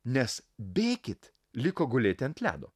nes bėkit liko gulėti ant ledo